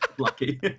lucky